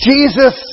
Jesus